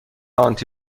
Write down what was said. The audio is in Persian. آنتی